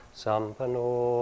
sampano